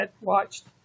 watched